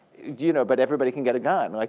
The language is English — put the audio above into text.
you know but everybody can get a gun. like